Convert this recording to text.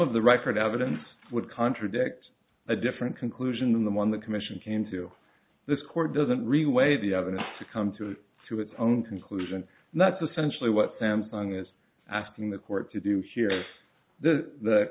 of the record evidence would contradict a different conclusion than the one the commission came to this court doesn't really weigh the evidence to come to to its own conclusion not the century what samsung is asking the court to do here the